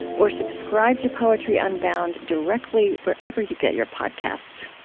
or subscribe to poetry unbound directly wherever you get your podcasts